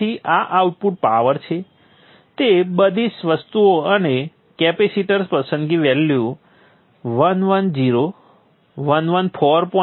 તેથી આ output power છે તે બધી વસ્તુઓ અને કેપેસિટર્સ પસંદગી વેલ્યુ 110 114